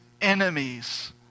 enemies